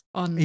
on